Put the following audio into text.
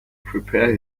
prepare